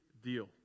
deal